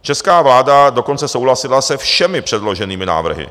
Česká vláda dokonce souhlasila se všemi předloženými návrhy.